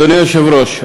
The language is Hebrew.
אדוני היושב-ראש,